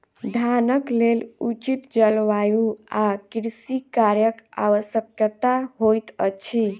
धानक लेल उचित जलवायु आ कृषि कार्यक आवश्यकता होइत अछि